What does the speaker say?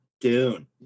Dune